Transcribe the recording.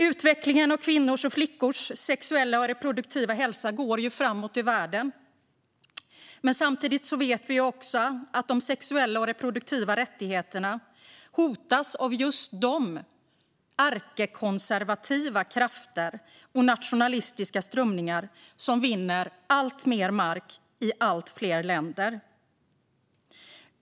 Utvecklingen av kvinnors och flickors sexuella och reproduktiva hälsa går framåt i världen, men samtidigt vet vi att de sexuella och reproduktiva rättigheterna hotas av just de ärkekonservativa krafter och nationalistiska strömningar som vinner alltmer mark i allt fler länder.